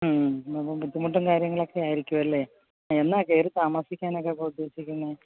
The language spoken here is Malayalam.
അപ്പം ബുദ്ധിമുട്ടും കാര്യങ്ങളുമൊക്കെ ആയിരിക്കും അല്ലേ എന്നാൽ കയറി താമസിക്കാനുമൊക്കെ ഉദ്ദേശിക്കുന്നത്